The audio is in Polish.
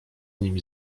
nimi